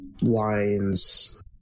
Lines